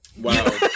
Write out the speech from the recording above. Wow